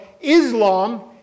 Islam